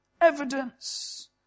evidence